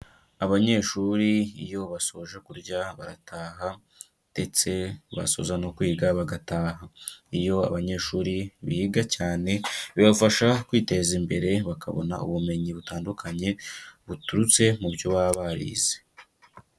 Abanyeshuri iyo basoje kurya barataha, ndetse basoza no kwiga bagataha, iyo abanyeshuri biga cyane bibafasha kwiteza imbere bakabona ubumenyi butandukanye buturutse mu byo baba barize.